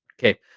Okay